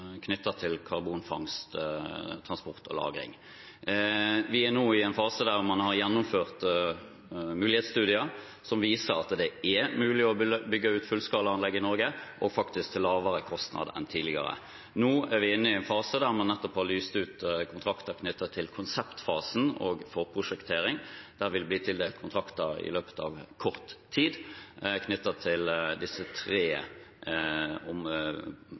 til karbonfangst, -transport og -lagring. Vi er nå i en fase der man har gjennomført mulighetsstudier som viser at det er mulig å bygge ut fullskalaanlegg i Norge og faktisk til lavere kostnad enn tidligere. Nå er vi inne i en fase der man nettopp har lyst ut kontrakter knyttet til konseptfasen og forprosjekteringen. Det vil bli tildelt kontrakter i løpet av kort tid knyttet til disse tre